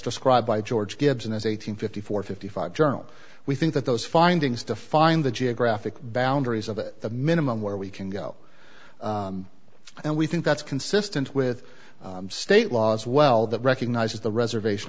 described by george gibson as eight hundred fifty four fifty five journal we think that those findings defined the geographic boundaries of it the minimum where we can go and we think that's consistent with state law as well that recognizes the reservation